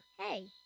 Hey